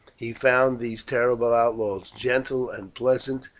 he found these terrible outlaws gentle and pleasant,